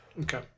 Okay